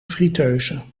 friteuse